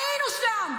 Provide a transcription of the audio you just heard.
היינו שם.